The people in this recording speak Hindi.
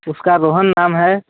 उसका रोहन नाम है